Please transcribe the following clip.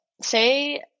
say